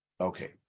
Okay